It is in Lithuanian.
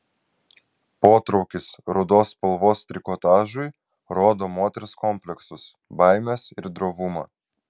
potraukis rudos spalvos trikotažui rodo moters kompleksus baimes ir drovumą